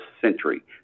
century